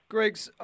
Gregs